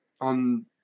on